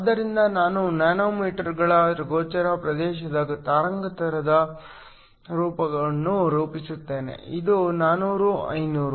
ಆದ್ದರಿಂದ ನಾನು ನ್ಯಾನೋಮೀಟರ್ಗಳ ಗೋಚರ ಪ್ರದೇಶದ ತರಂಗಾಂತರದ ರೂಪವನ್ನು ರೂಪಿಸುತ್ತೇನೆ ಇದು 400 500